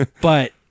But-